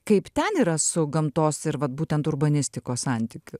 kaip ten yra su gamtos ir vat būtent urbanistikos santykiu